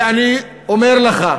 ואני אומר לך: